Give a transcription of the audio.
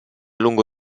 lungo